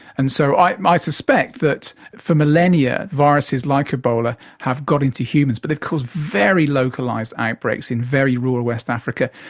and so i suspect that for millennia viruses like ebola have got into humans but they've caused very localised outbreaks in very rural west africa,